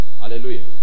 Hallelujah